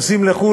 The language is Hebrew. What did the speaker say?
נוסעים לחו"ל,